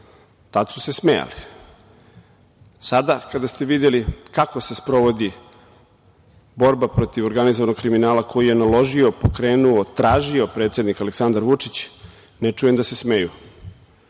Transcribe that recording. Tada su se smejali, a sada, kada ste videli kako se sprovedi borba protiv organizovanog kriminala koji je naložio, pokrenuo, tražio predsednik Aleksandar Vučić, ne čujem da se smeju.